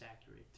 accurate